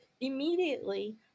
immediately